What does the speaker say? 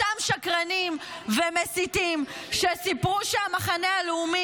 אלה אותם שקרנים ומסיתים שסיפרו שהמחנה הלאומי